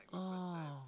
oh